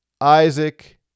Isaac